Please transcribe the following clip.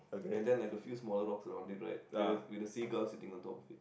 and then like a few smaller rocks on they ride with the with the sea gauze on top of it